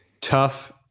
Tough